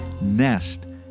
nest